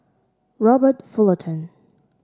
Robert Fullerton